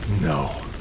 no